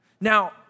Now